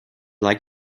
like